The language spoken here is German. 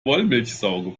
wollmilchsau